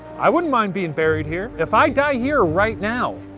i wouldn't mind being buried here. if i die here right now,